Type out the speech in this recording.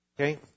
okay